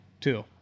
two